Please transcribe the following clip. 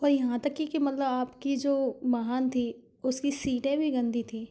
और यहाँ तक कि मतलब आपकी जो महान थी उसकी सीटें भी गंदी थी